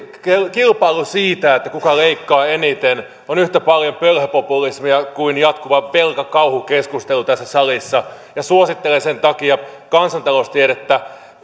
kilpailu siitä kuka leikkaa eniten on yhtä paljon pölhöpopulismia kuin jatkuva pelko ja kauhukeskustelu tässä salissa suosittelen sen takia kansantaloustiedettä